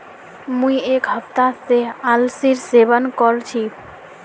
मुई एक हफ्ता स अलसीर सेवन कर छि